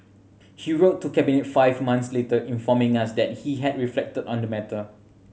he wrote to Cabinet five months later informing us that he had reflected on the matter